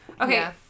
Okay